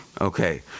Okay